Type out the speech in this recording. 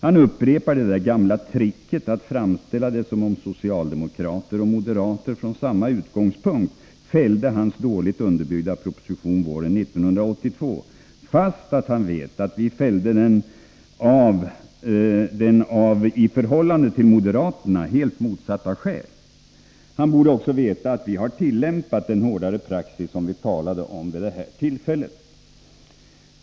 Han upprepar det gamla tricket att framställa det som om socialdemokrater och moderater från samma utgångspunkt fällde hans dåligt underbyggda proposition våren 1982, trots att han vet att vi fällde den av helt motsatta skäl än de som anfördes av moderaterna. Han borde också veta att vi har tillämpat den hårdare praxis som vi talade om vid det här tillfället.